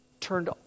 turned